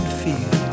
feel